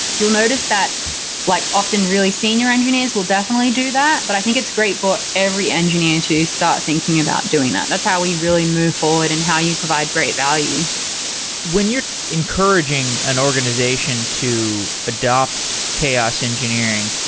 you'll notice that like often really senior engineers will definitely do that, but i think it's great for every engineer to start thinking about doing that. that's how we really move forward and how you provide great value when you're encouraging an organization to adopt chaos engineering,